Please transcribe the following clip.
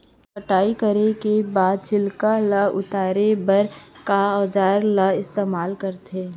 कटाई करे के बाद छिलका ल उतारे बर का औजार ल इस्तेमाल करथे?